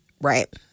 Right